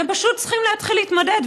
והם פשוט צריכים להתחיל להתמודד,